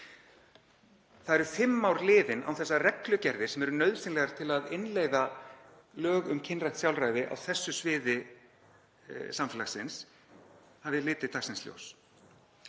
Það eru fimm ár liðin án þess að reglugerðir, sem eru nauðsynlegar til að innleiða lög um kynrænt sjálfræði á þessu sviði samfélagsins, hafi litið dagsins ljós.